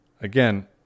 again